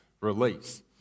release